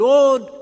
Lord